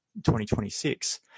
2026